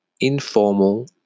informal